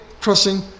crossing